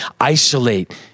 isolate